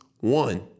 one